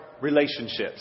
relationships